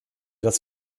das